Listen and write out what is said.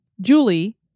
Julie